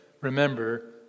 remember